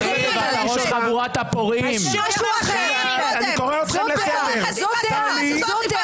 אני קורא אותך לסדר.